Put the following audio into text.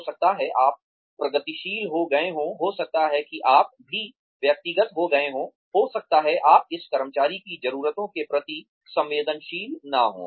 हो सकता है आप प्रगतिशील हो गए हों हो सकता है कि आप भी व्यक्तिगत हो गए हों हो सकता है आप इस कर्मचारी की जरूरतों के प्रति संवेदनशील न हों